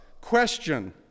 question